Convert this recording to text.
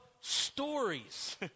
stories